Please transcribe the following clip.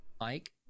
Mike